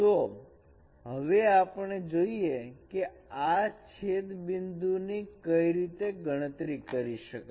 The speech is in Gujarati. તો હવે આપણે જોઈએ કે આ છેદ બિંદુ ની કઈ રીતે ગણતરી કરી શકાય